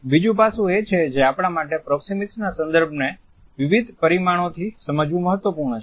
બીજું પાસું એ છે જે આપણા માટે પ્રોક્સિમીક્સના સંદર્ભને વિવિધ પરિમાણોથી સમજવું મહત્વપૂર્ણ છે